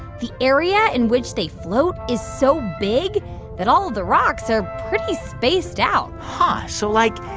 the area in which they float is so big that all of the rocks are pretty spaced out huh. so, like,